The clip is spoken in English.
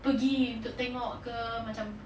pergi untuk tengok ke macam